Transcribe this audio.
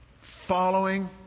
following